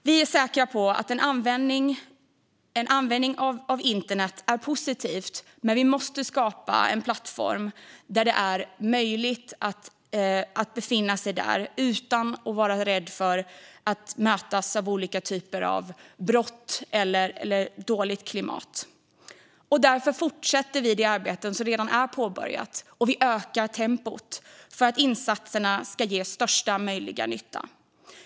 Vi är säkra på att användning av internet är positivt, men vi måste skapa en plattform där det är möjligt att befinna sig utan att vara rädd för att mötas av olika typer av brott eller dåligt klimat. Därför fortsätter vi och ökar tempot på det redan påbörjade arbetet så att insatserna ska göra största möjliga nytta.